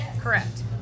Correct